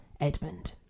Edmund